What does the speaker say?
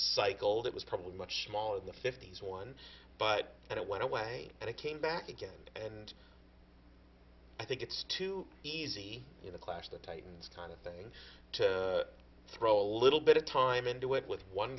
cycled it was probably much smaller in the fifty's one but it went away and it came back again and i think it's too easy in a clash of the titans kind of thing to throw a little bit of time into it with one